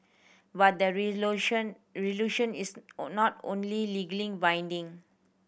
but the is not only legally binding